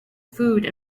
food